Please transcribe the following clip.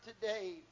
today